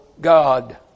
God